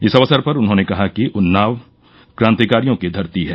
इस अवसर पर उन्होंने कहा कि उन्नाव क्रांतिकारियों की धरती है